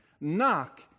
Knock